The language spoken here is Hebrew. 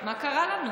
מה קרה לכם?